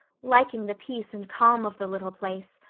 liking the peace and calm of the little place,